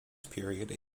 period